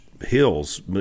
hills